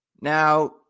Now